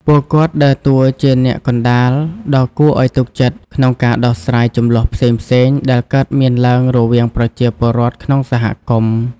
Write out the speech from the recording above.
ពួកគាត់ដើរតួជាអ្នកកណ្ដាលដ៏គួរឲ្យទុកចិត្តក្នុងការដោះស្រាយជម្លោះផ្សេងៗ ដែលកើតមានឡើងរវាងប្រជាពលរដ្ឋក្នុងសហគមន៍។